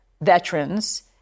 veterans